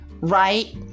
Right